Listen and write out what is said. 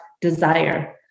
desire